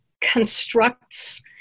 constructs